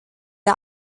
der